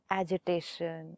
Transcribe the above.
agitation